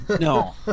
No